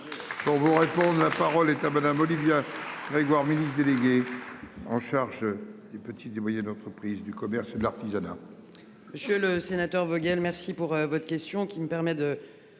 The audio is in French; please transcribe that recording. On vous répondre. La parole est à madame Olivia Grégoire ministre délégué. En charge et petite dévoyée d'entreprises du commerce et de l'artisanat. Monsieur le sénateur Vogel. Merci pour votre question qui me permet de